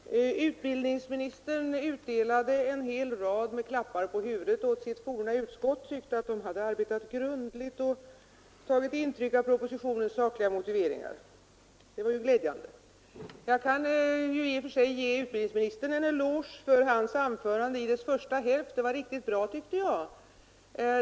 Herr talman! Utbildningsministern utdelade en hel rad klappar på huvudet åt sitt forna utskott. Han tyckte att utskottet hade arbetat grundligt och tagit intryck av propositionens sakliga motiveringar. Det var ju glädjande. Jag kan i och för sig ge utbildningsministern en eloge för hans anförande i dess första hälft. Det var riktigt bra, tyckte jag.